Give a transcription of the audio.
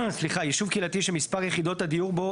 יישוב קהילתי שמספר יחידות הדיור בו,